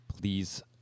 Please